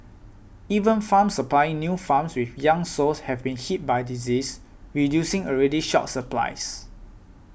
even farms supplying new farms with young sows have been hit by disease reducing already short supplies